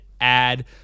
add